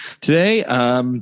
today